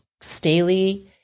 Staley